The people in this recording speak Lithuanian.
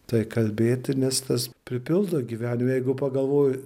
tai kalbėti nes tas pripildo gyvenimą jeigu pagalvoji